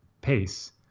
pace